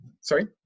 Sorry